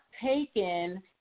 taken